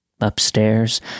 Upstairs